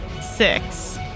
Six